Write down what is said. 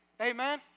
Amen